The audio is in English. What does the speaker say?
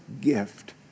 gift